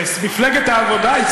למפלגת העבודה הוא הצביע.